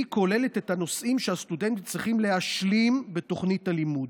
היא כוללת את הנושאים שהסטודנטים צריכים להשלים בתוכנית הלימוד.